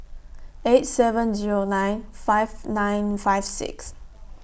eight seven Zero nine five nine five six